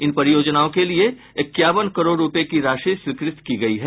इन परियोजनाओं के लिए इक्यावन करोड़ रूपये की राशि की स्वीकृति दी गयी है